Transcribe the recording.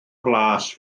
blas